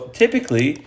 typically